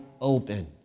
open